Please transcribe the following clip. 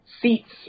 seats